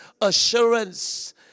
assurance